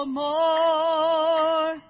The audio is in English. more